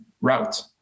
route